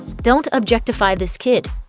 don't objectify this kid.